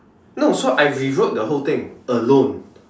no so I rewrote the whole thing alone